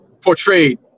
portrayed